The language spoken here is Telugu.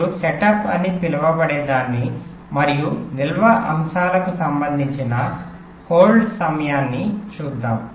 ఇప్పుడు సెటప్ అని పిలువబడేదాన్ని మరియు నిల్వ అంశాలకు సంబంధించిన హోల్డ్ సమయాన్ని చూద్దాం